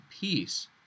peace